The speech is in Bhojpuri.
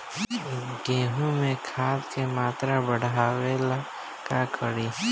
गेहूं में खाद के मात्रा बढ़ावेला का करी?